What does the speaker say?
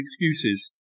excuses